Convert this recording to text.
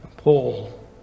Paul